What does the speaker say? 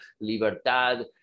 Libertad